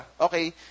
Okay